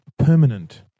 permanent